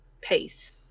pace